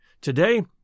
Today